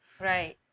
Right